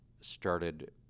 started